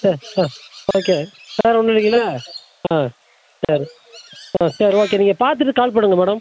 okay வேற ஒன்னும் இல்லிங்களே சரி ஆ சரி ஓகே நீங்க பார்த்துட்டு கால் பண்ணுங்க மேடம்